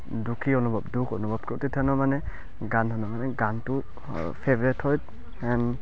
দুখী অনুভৱ দুখ অনুভৱ কৰো তেনেধৰণৰ মানে গান শুনো মানে গানটো ফেভৰেট হয় এন